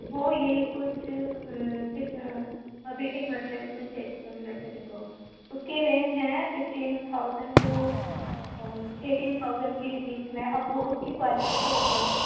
وہ یہی کچھ سکس ابھی ایک منٹ لگے گا میں چیک لیٹ میں چیک آوٹ اُس کی رینج ہیں fifteen thousand two eighteen thousand کے بیچ میں ہے اب وہ اُس کی کوالٹی کے اوپر ہے